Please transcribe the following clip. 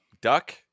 Duck